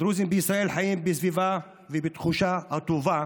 הדרוזים בישראל חיים בסביבה ובתחושה הטובה